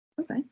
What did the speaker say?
Okay